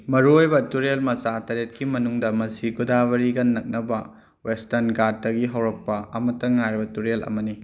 ꯃꯔꯨꯑꯣꯏꯕ ꯇꯨꯔꯦꯜ ꯃꯆꯥ ꯇꯔꯦꯠꯀꯤ ꯃꯅꯨꯡꯗ ꯃꯁꯤ ꯒꯣꯗꯥꯕꯔꯤꯒ ꯅꯛꯅꯕ ꯋꯦꯁꯇꯔꯟ ꯒꯥꯔꯠꯇꯒꯤ ꯍꯧꯔꯛꯄ ꯑꯃꯇ ꯉꯥꯏꯔꯕ ꯇꯨꯔꯦꯜ ꯑꯃꯅꯤ